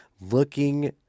looking